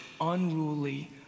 unruly